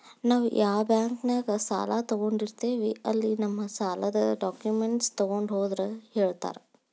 ನಾವ್ ಯಾ ಬಾಂಕ್ನ್ಯಾಗ ಸಾಲ ತೊಗೊಂಡಿರ್ತೇವಿ ಅಲ್ಲಿ ನಮ್ ಸಾಲದ್ ಡಾಕ್ಯುಮೆಂಟ್ಸ್ ತೊಗೊಂಡ್ ಹೋದ್ರ ಹೇಳ್ತಾರಾ